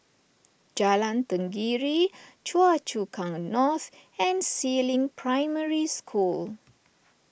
Jalan Tenggiri Choa Chu Kang North and Si Ling Primary School